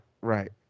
right